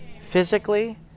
Physically